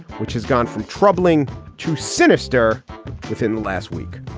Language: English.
which has gone from troubling to sinister within the last week.